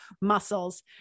muscles